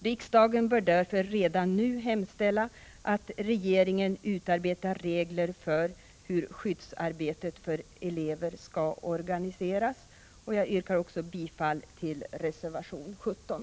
Riksdagen bör därför redan nu hemställa att regeringen utarbetar regler för hur skyddsarbetet för elever skall organiseras. Jag yrkar bifall även till reservation 17.